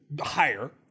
higher